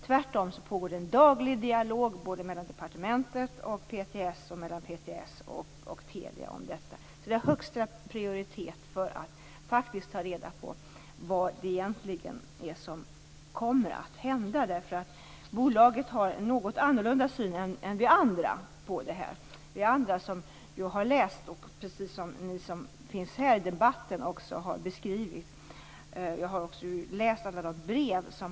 Tvärtom pågår det en daglig dialog om detta, både mellan departementet och PTS och mellan PTS och Telia, för att ta reda på vad det egentligen är som kommer att hända. Det har högsta prioritet. Bolaget har nämligen en något annorlunda syn på det här än vi andra, vi som har läst alla de brev där det beskrivs hur det fungerar när man finns ute i verkligheten.